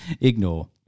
Ignore